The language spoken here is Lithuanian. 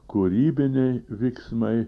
kūrybiniai vyksmai